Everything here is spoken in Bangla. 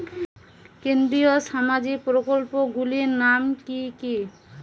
কেন্দ্রীয় সামাজিক প্রকল্পগুলি নাম কি কি?